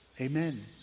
Amen